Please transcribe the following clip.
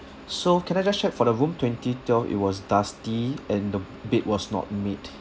so can I just check for the room twenty twelve it was dusty and bed was not made